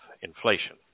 inflation